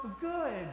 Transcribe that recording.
good